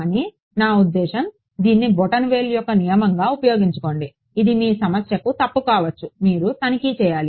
కానీ నా ఉద్దేశ్యం దీన్ని బొటనవేలు యొక్క నియమంగా ఉపయోగించుకోండి ఇది మీ సమస్యకు తప్పు కావచ్చు మీరు తనిఖీ చేయాలి